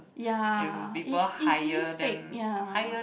ya is easily fake ya